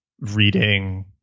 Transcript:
reading